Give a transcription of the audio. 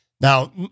Now